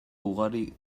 ugari